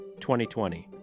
2020